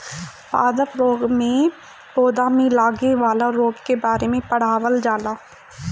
पादप रोग में पौधा में लागे वाला रोग के बारे में पढ़ावल जाला